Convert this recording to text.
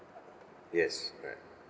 yes correct